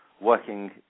working